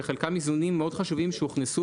שחלקם איזונים מאוד חשובים שהוכנסו